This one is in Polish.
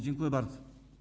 Dziękuję bardzo.